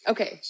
Okay